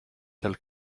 tel